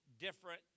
different